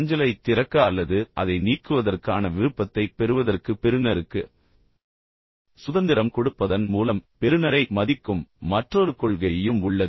அஞ்சலைத் திறக்க அல்லது அதை நீக்குவதற்கான விருப்பத்தைப் பெறுவதற்கு பெறுநருக்கு சுதந்திரம் கொடுப்பதன் மூலம் பெறுநரை மதிக்கும் மற்றொரு கொள்கையும் உள்ளது